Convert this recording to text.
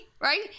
right